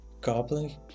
Coupling